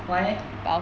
why leh